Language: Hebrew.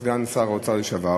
סגן שר האוצר לשעבר,